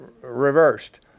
reversed